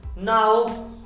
Now